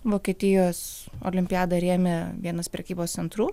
vokietijos olimpiadą rėmė vienas prekybos centrų